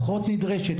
פחות נדרשת,